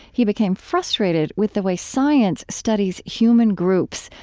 he became frustrated with the way science studies human groups,